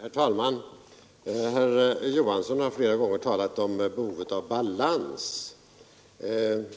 Herr talman! Statsrådet Johansson har flera gånger talat om behovet av balans.